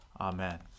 Amen